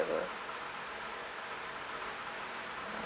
whatever